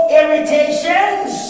irritations